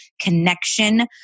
connection